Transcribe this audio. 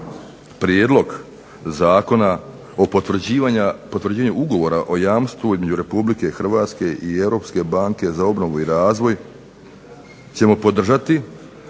prijedlog zakona o potvrđivanju Ugovora o jamstvu između Republike Hrvatske i Europske banke za obnovu i razvoju ćemo podržati.